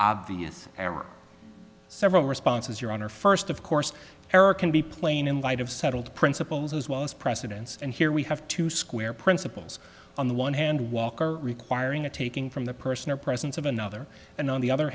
obvious error several responses your honor first of course error can be plain in light of settled principles as well as precedence and here we have to square principles on the one hand walker requiring a taking from the person or presence of another and on the other